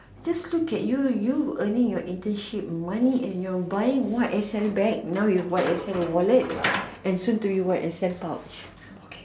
just look at you you earning your internship money and you're buying Y_S_L bag and now you Y_S_L wallet and soon to be Y_S_L pouch